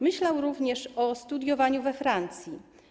Myślał również o studiowaniu we Francji.